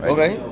Okay